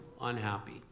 unhappy